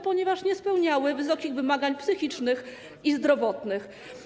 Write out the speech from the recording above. Ponieważ nie spełniały wysokich wymagań psychicznych i zdrowotnych.